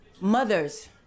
mothers